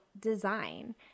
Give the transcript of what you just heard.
design